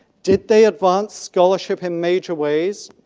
did they advanced scholarship in major ways?